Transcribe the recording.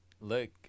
look